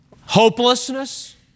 Hopelessness